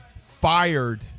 fired